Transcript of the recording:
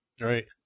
right